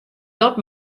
dat